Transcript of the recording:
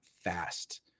fast